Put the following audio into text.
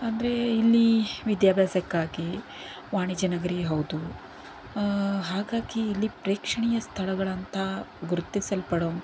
ಅಂದರೆ ಇಲ್ಲಿ ವಿದ್ಯಾಭ್ಯಾಸಕ್ಕಾಗಿ ವಾಣಿಜ್ಯ ನಗರಿ ಹೌದು ಹಾಗಾಗಿ ಇಲ್ಲಿ ಪ್ರೇಕ್ಷಣೀಯ ಸ್ಥಳಗಳಂತ ಗುರ್ತಿಸಲ್ಪಡೋವಂಥ